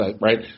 right